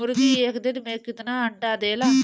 मुर्गी एक दिन मे कितना अंडा देला?